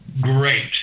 great